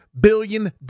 billion